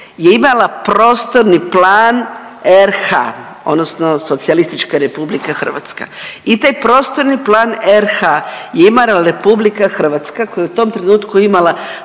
je imala prostorni plan RH odnosno SR Hrvatska i taj prostorni plan RH je imala RH koja je u tom trenutku imala